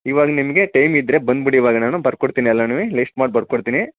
ಇವಾಗ ನಿಮಗೆ ಟೈಮ್ ಇದ್ದರೆ ಬಂದ್ಬಿಡಿ ಇವಾಗ ನಾನು ಬರ್ದ್ ಕೊಡ್ತೀನಿ ಎಲ್ಲನೂ ಲೀಸ್ಟ್ ಮಾಡಿ ಬರ್ದ್ ಕೊಡ್ತೀನಿ